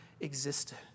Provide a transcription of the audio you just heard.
existed